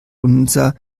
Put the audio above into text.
unser